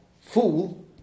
fool